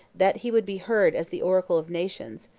that he would be heard as the oracle of nations,